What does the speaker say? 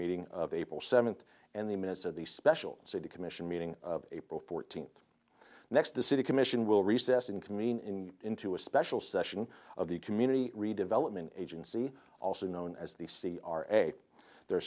meeting of april seventh and the minutes of the special city commission meeting april fourteenth next the city commission will recess in camino in into a special session of the community redevelopment agency also known as the c r a there are